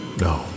No